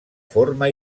forma